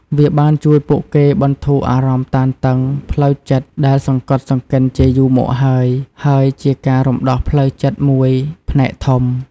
វាបានជួយពួកគេ បន្ធូរអារម្មណ៍តានតឹង ផ្លូវចិត្តដែលសង្កត់សង្កិនជាយូរមកហើយ ហើយជាការរំដោះផ្លូវចិត្តមួយផ្នែកធំ ។